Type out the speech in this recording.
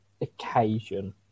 occasion